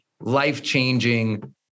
life-changing